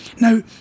now